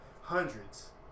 Hundreds